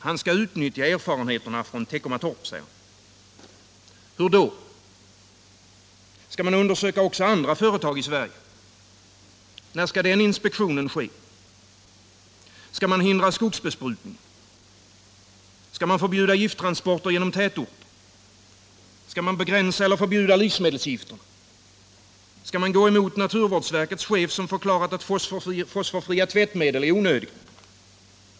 Han skall utnyttja erfarenheterna från Teckomatorp, säger han. Hur då? Skall man undersöka också andra företag i Sverige? När skall den inspektionen ske? Skall man hindra skogsbesprutningen? Skall man hindra gifttransporter genom tätorter? Skall man begränsa eller förbjuda livsmedelsgifterna? Skall man gå emot naturvårdsverkets chef, som förklarat att fosforfria tvättmedel är onödiga?